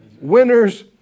Winners